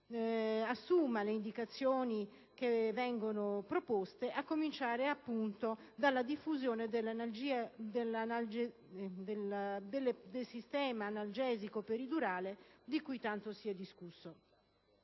assuma le indicazioni proposte, a cominciare appunto dalla diffusione del sistema analgesico peridurale di cui tanto si è discusso.